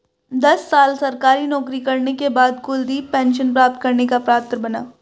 दस साल सरकारी नौकरी करने के बाद कुलदीप पेंशन प्राप्त करने का पात्र बना